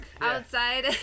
outside